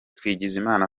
twagizimana